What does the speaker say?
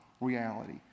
reality